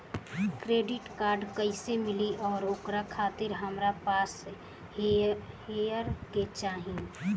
Credit card कैसे मिली और ओकरा खातिर हमरा पास का होए के चाहि?